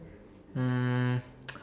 um